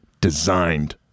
designed